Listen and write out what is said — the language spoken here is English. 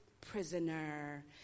prisoner